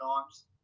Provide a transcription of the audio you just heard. times